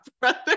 brother